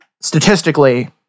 Statistically